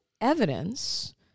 evidence